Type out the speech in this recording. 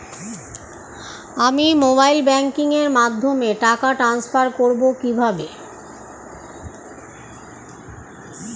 আমি mobile banking এর মাধ্যমে টাকা টান্সফার করব কিভাবে?